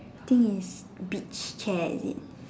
thing is beach chair is it